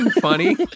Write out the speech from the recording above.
funny